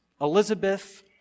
Elizabeth